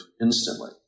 instantly